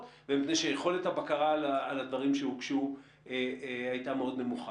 ומפני שיכולת הבקרה על הדברים שהוגשו הייתה נמוכה מאוד.